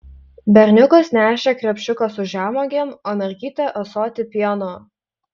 berniukas nešė krepšiuką su žemuogėm o mergytė ąsotį pieno